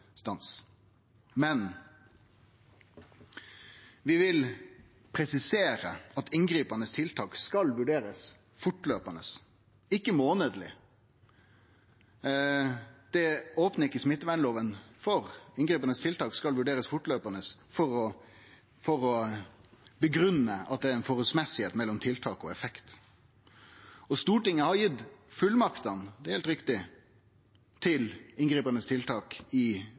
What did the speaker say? Men vi vil presisere at inngripande tiltak skal vurderast fortløpande, ikkje månadleg. Det opnar ikkje smittevernloven for, inngripande tiltak skal vurderast fortløpande for å grunngi at det er samhøve mellom tiltak og effekt. Stortinget har gitt fullmaktene – heilt riktig – til inngripande tiltak i